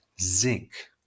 zinc